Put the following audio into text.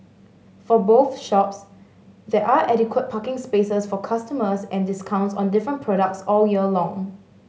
for both shops there are adequate parking spaces for customers and discounts on different products all year long